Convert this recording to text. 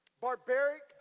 barbaric